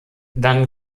dann